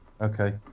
okay